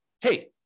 hey